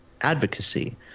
advocacy